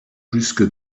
jusque